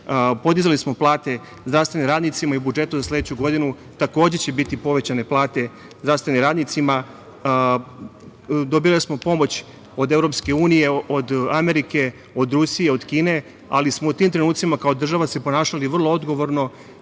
podizali smo plate zdravstvenim radnicima i u budžetu za sledeću godinu takođe će biti povećane plate zdravstvenim radnicima. Dobijali smo pomoć od Evropske unije, od Amerike, od Rusije, od Kine, ali smo u tim trenucima kao država se ponašali vrlo odgovorno